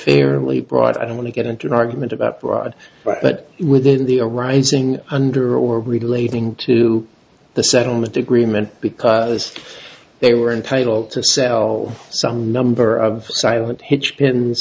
fairly broad i don't want to get into an argument about fraud but within the arising under or relating to the settlement agreement because they were entitled to sell some number of silent hitch pins